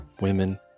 women